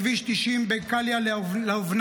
בכביש 90 בין קליה לאבנת.